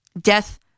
Death